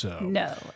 No